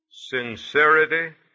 sincerity